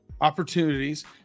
opportunities